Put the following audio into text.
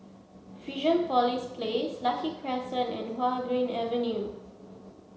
Fusionopolis Place Lucky Crescent and Hua Guan Avenue